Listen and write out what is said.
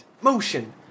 motion